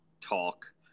talk